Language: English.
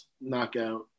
knockout